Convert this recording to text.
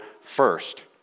first